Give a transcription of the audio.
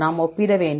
நாம் ஒப்பிட வேண்டும்